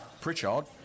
Pritchard